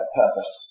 purpose